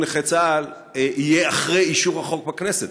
נכי צה"ל יהיה אחרי אישור החוק בכנסת.